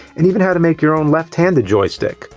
and even how to make your own left-handed joystick.